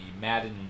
Madden